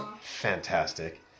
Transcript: fantastic